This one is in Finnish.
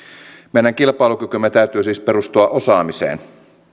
meidän kilpailukykymme täytyy siis perustua osaamiseen